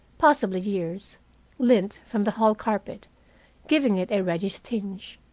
possibly years lint from the hall carpet giving it a reddish tinge.